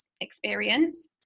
experience